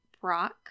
Brock